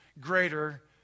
greater